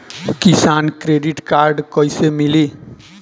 किसान credit card कइसे मिली?